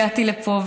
הגעתי לפה.